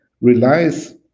relies